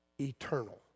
eternal